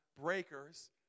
breakers